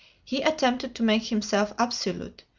he attempted to make himself absolute,